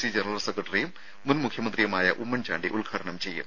C general സെക്രട്ടറിയും മുൻ മുഖ്യമന്ത്രിയുമായ ഉമ്മൻചാണ്ടി ഉദ്ഘാടനം ചെയ്യും